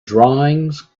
drawings